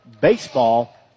baseball